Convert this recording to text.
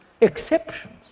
exceptions